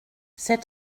c’est